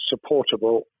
supportable